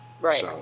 Right